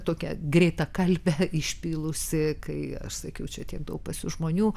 tokią greitakalbę išpylusi tai aš sakiau tiek daug žmonių